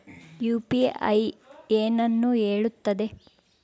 UPI ಏನನ್ನು ಹೇಳುತ್ತದೆ?